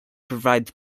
provide